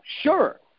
sure